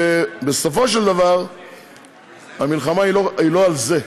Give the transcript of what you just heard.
ובסופו של דבר המלחמה היא לא על זה.